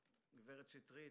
גברת קטי שטרית,